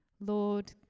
Lord